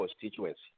constituency